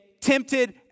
tempted